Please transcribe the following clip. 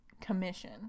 commission